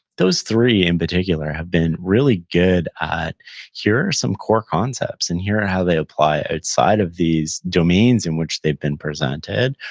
those three in particular have been really good at here are some core concepts and here are and how they apply outside of these domains in which they've been presented,